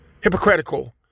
Hypocritical